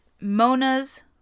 Mona's